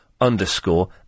underscore